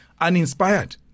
uninspired